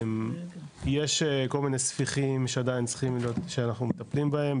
יש כל מיני ספיחים שאנחנו מטפלים בהם,